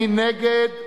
מי נגד?